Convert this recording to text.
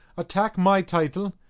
attack my title,